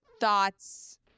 thoughts